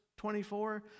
24